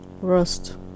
Rust